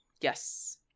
Yes